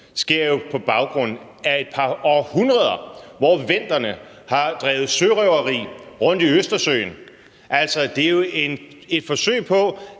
sker jo på baggrund af et par århundreder, hvor venderne har drevet sørøveri rundt i Østersøen. Altså, det er jo et forsøg på